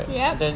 yup